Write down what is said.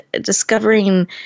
discovering